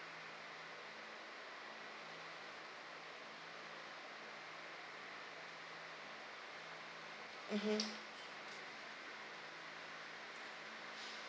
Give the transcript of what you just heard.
mmhmm